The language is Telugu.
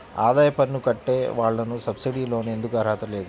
ఆదాయ పన్ను కట్టే వాళ్లకు సబ్సిడీ లోన్ ఎందుకు అర్హత లేదు?